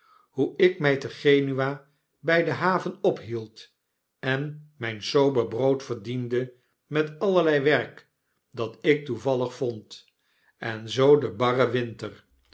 hoe ik my te genua by de haven ophield en myn sober brood verdiende met allerlei werk dat ik toevallig vond en zoo den barren winter